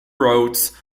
roads